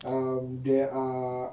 um there are